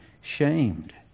shamed